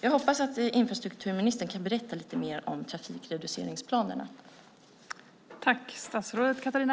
Jag hoppas att infrastrukturministern kan berätta lite mer om trafikreduceringsplanerna.